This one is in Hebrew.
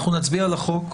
אנחנו נצביע על החוק,